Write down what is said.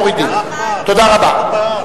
מורידים, תודה רבה.